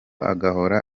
agahora